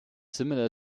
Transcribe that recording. similar